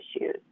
issues